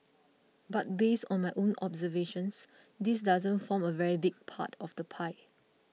but based on my own observations this doesn't form a very big part of the pie